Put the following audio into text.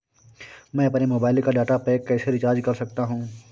मैं अपने मोबाइल का डाटा पैक कैसे रीचार्ज कर सकता हूँ?